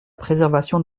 préservation